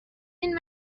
این